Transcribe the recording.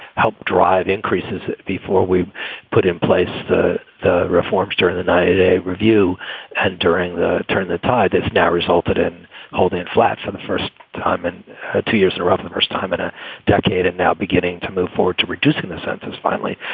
helped drive increases before we put in place the the reforms during the ninety s, a review and during the turn, the tide now resulted in holding it flat for the first time in two years in a row for the first time in a decade, and now beginning to move forward to reducing the sentence finally.